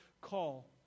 call